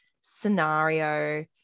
scenario